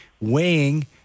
weighing